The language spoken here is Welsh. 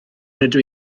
rydw